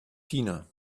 tina